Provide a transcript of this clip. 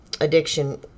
addiction